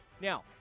Now